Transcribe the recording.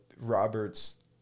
Robert's